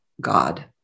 God